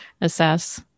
assess